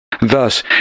Thus